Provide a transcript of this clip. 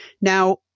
Now